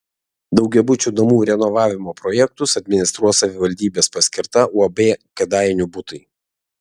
daugiabučių namų renovavimo projektus administruos savivaldybės paskirta uab kėdainių butai